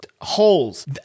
Holes